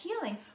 healing